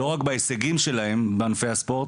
לא רק בהישגים שלהם בענפי הספורט,